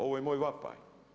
Ovo je moj vapaj.